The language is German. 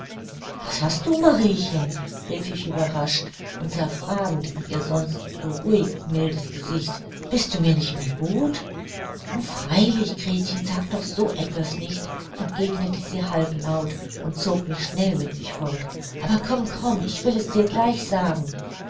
was hast du mariechen rief ich überrascht und sah fragend in ihr sonst so ruhig mildes gesicht bist du mir nicht mehr gut o freilich gretchen sag doch so etwas nicht entgegnete sie halblaut und zog mich schnell mit sich fort aber komm komm ich will es dir gleich sagen